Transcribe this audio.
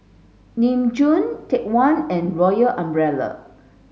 Nin Jiom Take One and Royal Umbrella